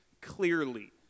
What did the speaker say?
clearly